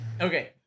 okay